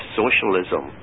socialism